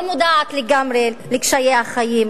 לא מודעת לגמרי לקשיי החיים,